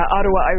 Ottawa